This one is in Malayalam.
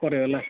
കുറയും അല്ലേ